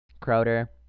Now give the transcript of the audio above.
Crowder